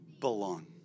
belong